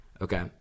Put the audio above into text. Okay